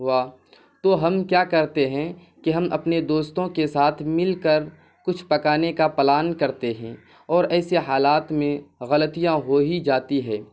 ہوا تو ہم کیا کرتے ہیں کہ ہم اپنے دوستوں کے ساتھ مل کر کچھ پکانے کا پلان کرتے ہیں اور ایسے حالات میں غلطیاں ہو ہی جاتی ہیں